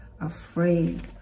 afraid